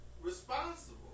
responsible